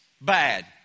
Bad